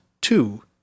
two